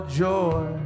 joy